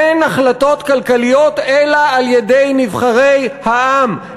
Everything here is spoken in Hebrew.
אין החלטות כלכליות אלא על-ידי נבחרי העם,